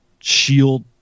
shield